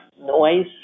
noise